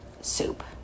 soup